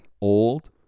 old